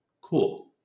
Cool